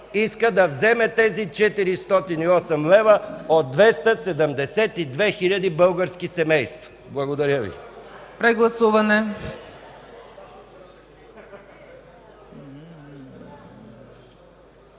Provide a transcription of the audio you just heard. иска да вземе тези 408 лв. от 272 хиляди български семейства. Благодаря Ви. (Шум